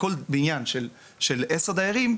אתם תראו שבכל בניין של עשר דירות,